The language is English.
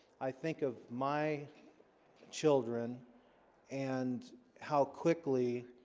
i think of my children and how quickly?